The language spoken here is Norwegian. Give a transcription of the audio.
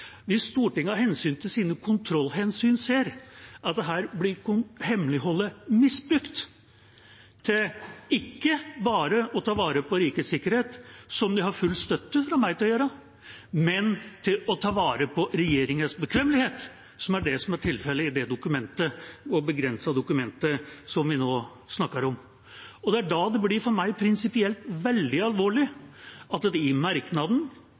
hvis Stortinget av hensyn til sine kontrollhensyn ser at hemmeligholdet blir misbrukt til ikke bare å ta vare på rikets sikkerhet, som de har full støtte fra meg til å gjøre, men også til å ta vare på regjeringas bekvemmelighet, som er tilfellet i det begrensede dokumentet vi nå snakker om. Det er da det for meg blir prinsipielt veldig alvorlig at det i merknaden,